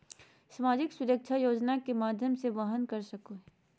सामाजिक सुरक्षा योजना के माध्यम से वहन कर सको हइ